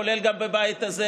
כולל גם בבית הזה,